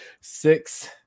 six